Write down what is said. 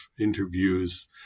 interviews